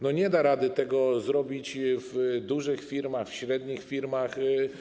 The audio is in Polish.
Nie da rady tego zrobić w dużych firmach, w średnich firmach.